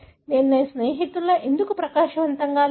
నేను నా స్నేహితుడిలా ఎందుకు ప్రకాశవంతంగా లేను